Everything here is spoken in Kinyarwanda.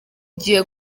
gihe